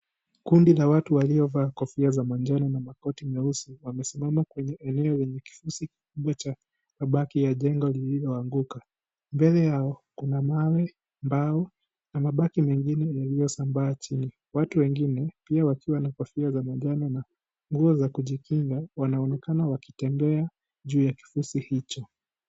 Kundi ka watu waliovaa kofia za manjano na makoti meusi wamesimama kwenye eneo lenye kifusi kikubwa cha mabaki ya jengo lililoanguka , mbele yao kuna mawe, mbao na mabaki mengine yaliyosambaa chini. Watu wengine pia wakiwa na kofia za manjano na nguoza kujikinga wanaonekana wakitembea juu ya kifusi hicho.